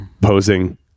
posing